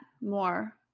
more